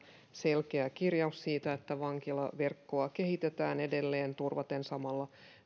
selkeä kirjaus siitä että vankilaverkkoa kehitetään edelleen turvaten samalla